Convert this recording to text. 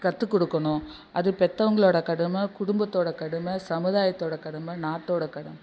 கற்றுக் கொடுக்கணும் அது பெத்தவங்களோட கடமை குடும்பத்தோடய கடமை சமுதாயத்தோடய கடமை நாட்டோட கடமை